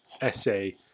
essay